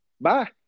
Bye